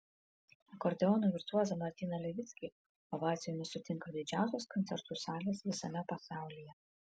akordeono virtuozą martyną levickį ovacijomis sutinka didžiausios koncertų salės visame pasaulyje